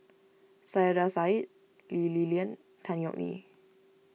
Saiedah Said Lee Li Lian Tan Yeok Nee